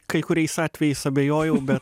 kai kuriais atvejais abejojau bet